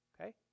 okay